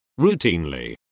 Routinely